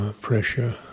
pressure